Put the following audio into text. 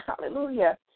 hallelujah